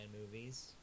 movies